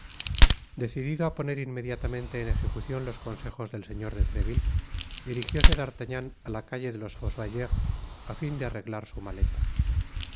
decidido á poner inmediatamente en ejecucion los consejos del señor de treville dirijióse d'artagnan á la calle de los fossoyeurs á fin de arreglar su maleta